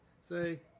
say